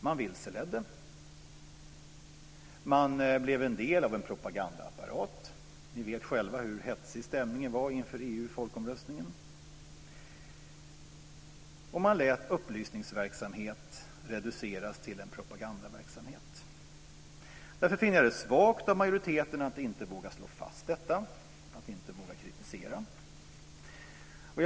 Man vilseledde, man blev en del av en propagandaapparat - ni vet själva hur hetsig stämningen var inför EU folkomröstningen - och man lät upplysningsverksamhet reduceras till en propagandaverksamhet. Därför finner jag det svagt av majoriteten att inte våga slå fast detta och inte våga kritisera.